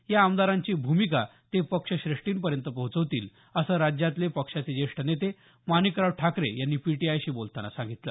या आमदारांची भूमिका ते पक्षश्रेष्ठींपर्यंत पोहोचवतील असं राज्यातले पक्षाचे ज्येष्ठ नेते माणिकराव ठाकरे यांनी पीटीआयशी बोलताना सांगितलं